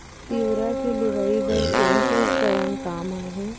तिंवरा के लुआई बर कोन से उपकरण काम आही?